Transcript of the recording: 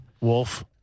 Wolf